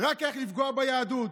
רק איך לפגוע ביהדות.